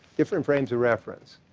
different frames of reference.